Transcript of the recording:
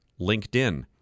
LinkedIn